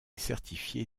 certifié